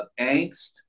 angst